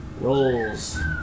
rolls